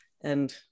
and-